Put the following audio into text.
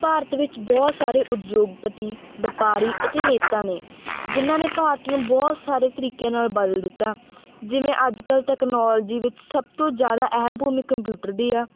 ਭਾਰਤ ਵਿੱਚ ਬਹੁਤ ਸਾਰੇ ਉਦਯੋਗਪਤੀ ਵਪਾਰੀ ਅਤੇ ਨੇਤਾ ਨੇ ਜਿਹਨਾਂ ਨੇ ਭਾਰਤ ਨੂੰ ਬਹੁਤ ਸਾਰੇ ਤਰੀਕਿਆਂ ਨਾਲ ਬਦਲ ਦਿੱਤਾ ਜਿਵੇਂ ਅੱਜ ਕੱਲ੍ਹ ਟੈਕਨੋਲਜੀ ਵਿੱਚ ਸਭ ਤੋਂ ਜ਼ਿਆਦਾ ਅਹਿਮ ਭੂਮੀ ਕੰਪਿਊਟਰ ਦੀ ਆ